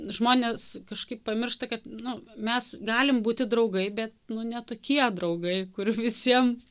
žmonės kažkaip pamiršta kad nu mes galim būti draugai bet nu ne tokie draugai kur visiem